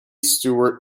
stewart